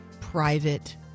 private